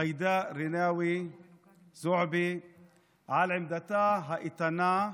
ג'ידא רינאוי זועבי על עמדתה האיתנה,